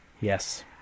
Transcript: yes